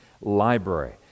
library